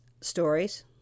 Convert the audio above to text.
stories